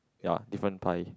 ya different type